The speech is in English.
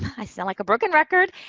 i sound like a broken record,